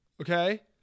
okay